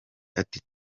ati